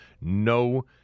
no